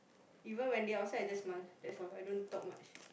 even when they outside just smile that's all I don't talk much